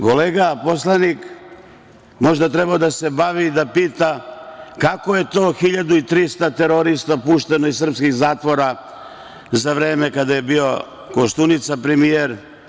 Kolega poslanik možda treba da pita kako je to 1.300 terorista pušteno iz srpskih zatvora za vreme kada je bio Koštunica premijer?